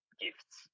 gifts